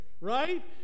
right